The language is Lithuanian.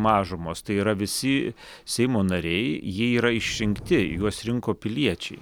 mažumos tai yra visi seimo nariai jie yra išrinkti juos rinko piliečiai